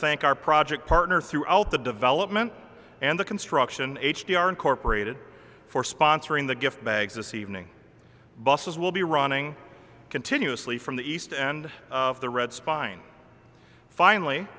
thank our project partners throughout the development and the construction h d r incorporated for sponsoring the gift bags this evening buses will be running continuously from the east end of the red spine finally